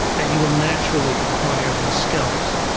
that you will naturally acquire these skills.